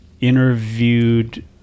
interviewed